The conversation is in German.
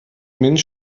minh